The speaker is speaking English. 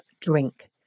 drink